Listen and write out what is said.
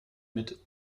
mit